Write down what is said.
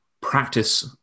practice